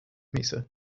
mesa